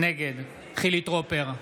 נגד חילי טרופר,